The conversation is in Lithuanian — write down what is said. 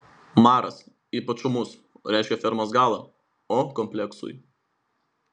maras ypač ūmus reiškia fermos galą o kompleksui